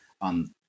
on